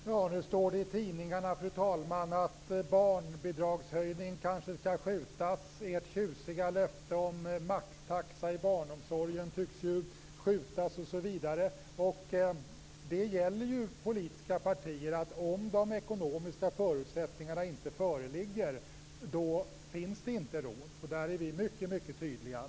Fru talman! Nu står det i tidningarna att barnbidragshöjningen kanske skall skjutas upp, och ert tjusiga löfte om maxtaxa i barnomsorgen tycks också skjutas upp osv. För politiska partier gäller ju att om de ekonomiska förutsättningarna inte föreligger, så har man inte råd. Här är vi mycket tydliga.